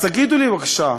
אז תגידו לי, בבקשה,